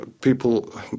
people